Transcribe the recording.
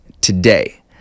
today